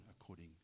according